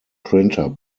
printer